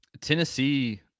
Tennessee